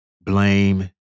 blame